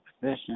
position